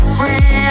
free